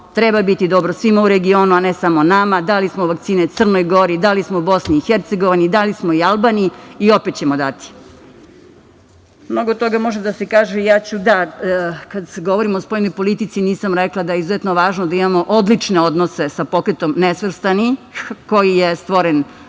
Treba biti dobro svima u regionu, a ne samo nama. Dali smo vakcine Crnoj Gori, dali smo Bosni i Hercegovini, dali smo i Albaniji i opet ćemo dati. Mnogo toga može da se kaže i ja ću kada govorimo o spoljnoj politici, nisam rekla da je izuzetno važno da imamo odlične odnose sa Pokretom nesvrstanih koji je stvoren